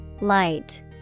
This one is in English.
Light